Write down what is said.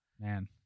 Man